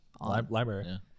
Library